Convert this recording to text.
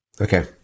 Okay